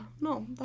no